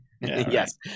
Yes